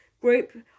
group